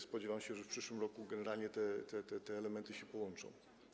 Spodziewam się, że w przyszłym roku generalnie te elementy się połączą.